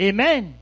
Amen